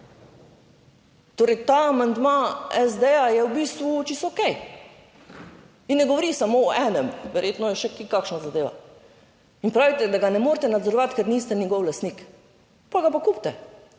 Torej, ta amandma SD je v bistvu čisto okej in ne govori samo o enem, verjetno je še kakšna zadeva. In pravite, da ga ne morete nadzorovati, ker niste njegov lastnik, pa ga pa kupite.